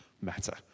Matter